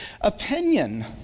opinion